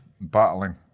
battling